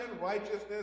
righteousness